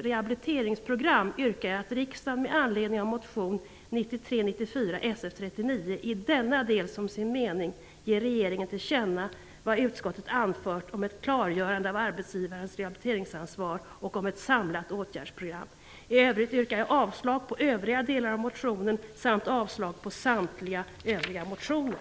rehabiliteringsprogram, yrkar jag att riksdagen med anledning av motion 1993/94:Sf39 i denna del som sin mening ger regeringen till känna vad utskottet anfört om ett klargörande av arbetsgivarens rehabiliteringsansvar och om ett samlat åtgärdsprogram. Därutöver yrkar jag avslag på övriga delar av motionen samt avslag på samtliga övriga motioner.